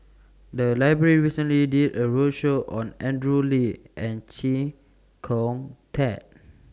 The Library recently did A roadshow on Andrew Lee and Chee Kong Tet